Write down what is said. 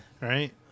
Right